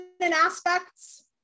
aspects